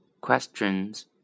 Questions